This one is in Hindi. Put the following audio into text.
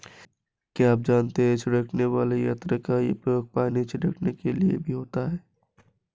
क्या आप जानते है छिड़कने वाले यंत्र का उपयोग पानी छिड़कने के लिए भी होता है?